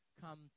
come